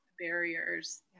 barriers